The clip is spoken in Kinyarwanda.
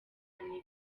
n’ibindi